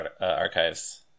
archives